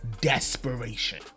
desperation